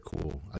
cool